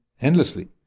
endlessly